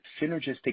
synergistic